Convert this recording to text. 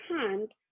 hand